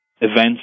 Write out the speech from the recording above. events